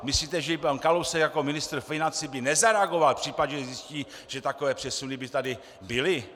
Myslíte, že by pan Kalousek jako ministr financí nezareagoval v případě, že zjistí, že takové přesuny by tady byly?